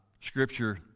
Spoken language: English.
scripture